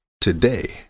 today